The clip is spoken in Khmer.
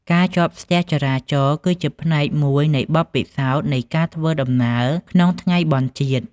ការជាប់ស្ទះចរាចរណ៍ គឺជាផ្នែកមួយនៃបទពិសោធន៍នៃការធ្វើដំណើរក្នុងថ្ងៃបុណ្យជាតិ។